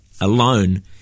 alone